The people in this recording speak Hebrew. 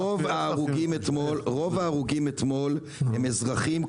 רוב ההרוגים אתמול הם אזרחים,